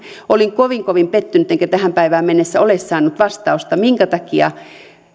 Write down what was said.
olin kovin kovin pettynyt enkä tähän päivään mennessä ole saanut vastausta siihen minkä takia